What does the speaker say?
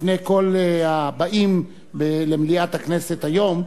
לפני כל הבאים למליאת הכנסת היום,